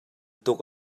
tuk